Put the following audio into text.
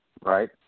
right